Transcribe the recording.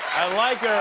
i like ah